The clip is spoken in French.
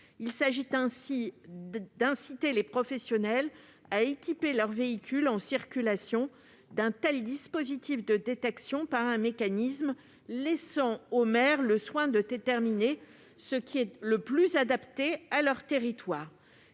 Il s'agit d'inciter les professionnels à équiper leurs véhicules en circulation d'un tel dispositif de détection, tout en laissant aux maires le soin de déterminer ce qui est le plus adapté à leur territoire.